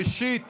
ראשית